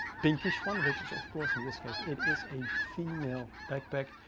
pinkish one, which is of course in this case, it is a female backpack,